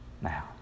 Now